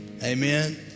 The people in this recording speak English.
Amen